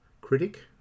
critic